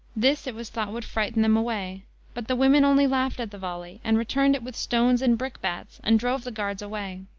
this, it was thought, would frighten them away but the women only laughed at the volley, and returned it with stones and brickbats, and drove the guards away.